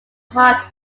hot